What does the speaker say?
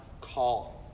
call